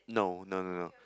no no no no